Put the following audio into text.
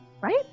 right